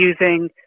using